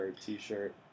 t-shirt